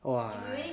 !wah!